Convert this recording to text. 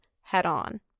head-on